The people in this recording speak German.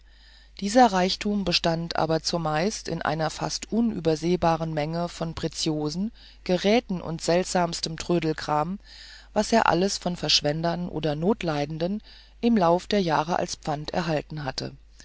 dieser reichtum bestand aber zumeist in einer fast unübersehbaren menge von pretiosen geräten und seltsamstem trödelkram was er alles von verschwendern oder notleidenden im laufe der jahre als pfand erhalten hatte